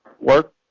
work